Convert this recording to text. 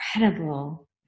incredible